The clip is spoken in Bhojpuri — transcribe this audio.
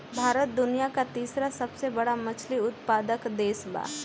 भारत दुनिया का तीसरा सबसे बड़ा मछली उत्पादक देश बा